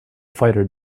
fighter